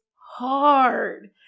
hard